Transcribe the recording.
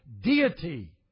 deity